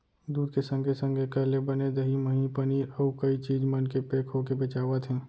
दूद के संगे संग एकर ले बने दही, मही, पनीर, अउ कई चीज मन पेक होके बेचावत हें